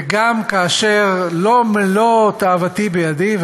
וגם כאשר לא מלוא תאוותי בידי,